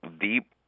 deep